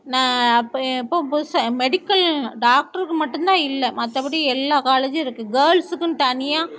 நான் எப்போ புதுசாக மெடிக்கல் டாக்டருக்கு மட்டும் தான் இல்லை மற்றபடி எல்லா காலேஜும் இருக்கு கேர்ள்ஸுக்குன்னு தனியாக